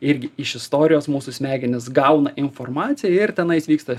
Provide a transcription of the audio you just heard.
irgi iš istorijos mūsų smegenys gauna informaciją ir tenais vyksta